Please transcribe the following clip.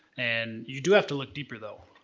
and you do have to look deeper though.